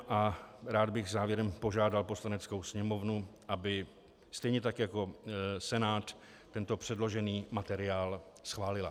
A rád bych závěrem požádal Poslaneckou sněmovnu, aby stejně tak jako Senát tento předložený materiál schválila.